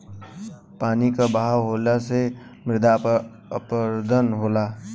पानी क बहाव होले से मृदा अपरदन होला